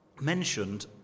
mentioned